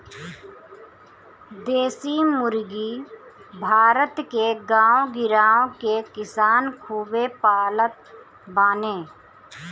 देशी मुर्गी भारत के गांव गिरांव के किसान खूबे पालत बाने